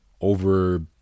over